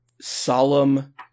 solemn